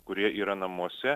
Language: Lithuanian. kurie yra namuose